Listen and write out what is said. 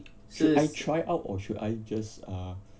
should I try out or should I just uh